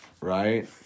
right